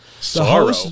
Sorrow